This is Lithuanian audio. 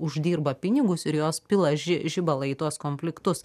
uždirba pinigus ir jos pila ži žibalą į tuos konfliktus